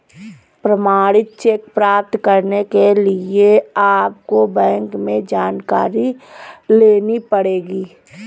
प्रमाणित चेक प्राप्त करने के लिए आपको बैंक से जानकारी लेनी पढ़ेगी